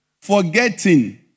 forgetting